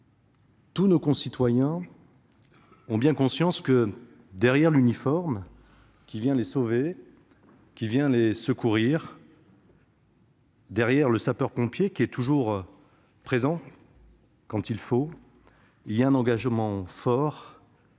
Tous nos concitoyens ont bien conscience que, derrière l'uniforme qui vient les sauver, les secourir, derrière le sapeur-pompier qui est toujours présent quand il le faut, il y a un engagement fort,